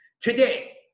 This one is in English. Today